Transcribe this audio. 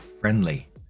friendly